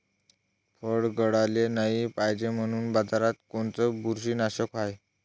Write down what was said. फळं गळाले नाही पायजे म्हनून बाजारात कोनचं बुरशीनाशक हाय?